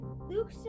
Luke